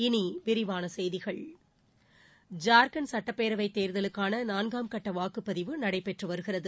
இனி விரிவான செய்திகள் ஜார்க்கண்ட் சுட்டப்பேரவைத் தேர்தலுக்கான நாள்காம் கட்ட வாக்குப்பதிவு நடைபெற்று வருகிறது